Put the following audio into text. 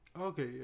Okay